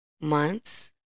months